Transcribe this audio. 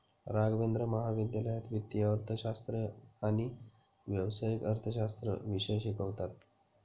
राघवेंद्र महाविद्यालयात वित्तीय अर्थशास्त्र आणि व्यावसायिक अर्थशास्त्र विषय शिकवतात